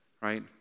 right